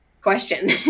question